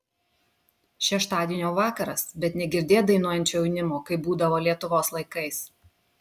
šeštadienio vakaras bet negirdėt dainuojančio jaunimo kaip būdavo lietuvos laikais